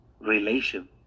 relation